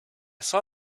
saw